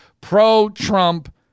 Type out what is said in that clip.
pro-Trump